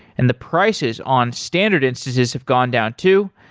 and the prices on standard instances have gone down too.